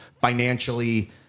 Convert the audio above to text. financially